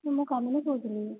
sir ମୁଁ କାମିନି କହୁଥିଲି